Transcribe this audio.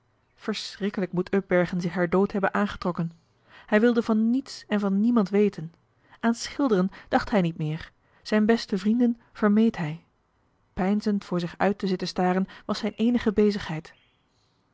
verschrikkelijk moet upbergen zich haar dood hebben aangetrokken hij wilde van niets en van niemand weten aan schilderen dacht hij niet meer zijn beste vrienden vermeed hij peinzend voor zich uit te zitten staren was zijn eenige bezigheid